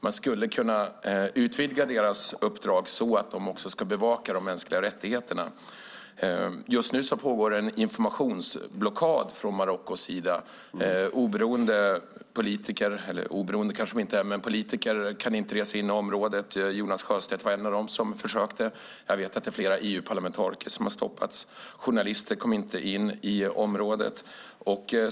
Man skulle kunna utvidga dess uppdrag så att den också ska bevaka mänskliga rättigheterna. Just nu pågår en informationsblockad från Marockos sida. Politiker kan inte resa in i området. Jonas Sjöstedt var en av dem som försökte, och det är flera EU-parlamentariker som har stoppats. Journalister kommer inte in i området.